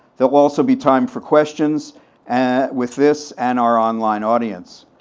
there will also be time for questions and with this and our online audience.